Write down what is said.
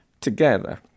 together